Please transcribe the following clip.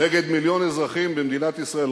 נגד מיליון אזרחים במדינת ישראל.